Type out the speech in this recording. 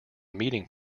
meeting